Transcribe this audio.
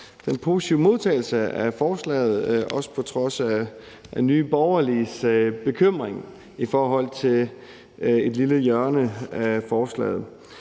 den positive modtagelse af forslaget, også på trods af Nye Borgerliges bekymring i forhold til et lille hjørne af forslaget.